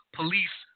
police